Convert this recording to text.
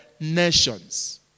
nations